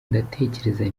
ndatekereza